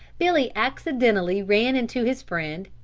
billy accidentally ran into his friend,